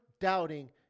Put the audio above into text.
doubting